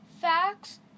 Facts